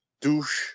douche